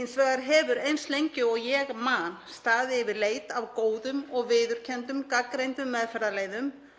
Hins vegar hefur eins lengi og ég man staðið yfir leit að góðum, viðurkenndum gagnreyndum meðferðarleiðum